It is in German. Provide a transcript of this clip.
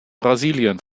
brasilien